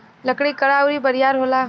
लकड़ी कड़ा अउर बरियार होला